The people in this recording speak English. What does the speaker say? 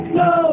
no